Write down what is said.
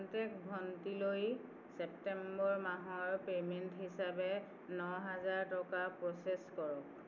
contact ভণ্টিলৈ September মাহৰ payment হিচাপে ন হাজাৰ টকা প্ৰ'চেছ কৰক